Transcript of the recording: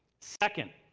second,